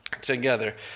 together